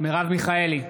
מרב מיכאלי,